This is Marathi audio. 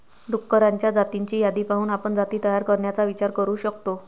डुक्करांच्या जातींची यादी पाहून आपण जाती तयार करण्याचा विचार करू शकतो